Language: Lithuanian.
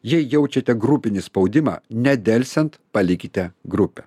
jei jaučiate grupinį spaudimą nedelsiant palikite grupę